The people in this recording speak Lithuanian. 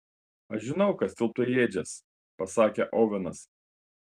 aš žinau kas tilptu į ėdžias pasakė ovenas